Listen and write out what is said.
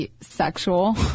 sexual